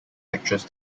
actress